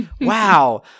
Wow